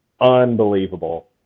unbelievable